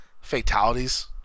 fatalities